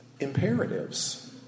imperatives